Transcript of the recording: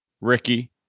Ricky